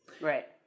Right